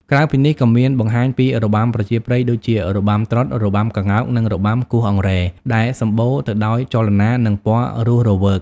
ក្រៅពីនេះ ក៏មានបង្ហាញពី របាំប្រជាប្រិយ ដូចជា របាំត្រុដិ របាំក្ងោក និងរបាំគោះអង្រែ ដែលសម្បូរទៅដោយចលនា និងពណ៌រស់រវើក។